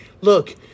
look